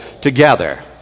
together